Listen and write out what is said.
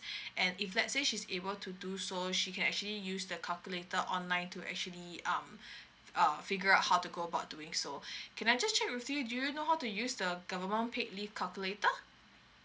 and if let's say she's able to do so she can actually use the calculator online to actually um uh figure out how to go about doing so can I just check with you do you know how to use the government paid leave calculator